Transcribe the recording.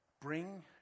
Bring